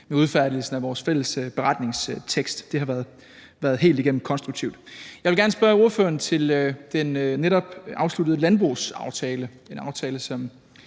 med udfærdigelsen af vores fælles vedtagelsestekst . Det har været helt igennem konstruktivt. Jeg vil gerne spørge ordføreren til den netop afsluttede landbrugsaftale.